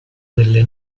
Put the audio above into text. delle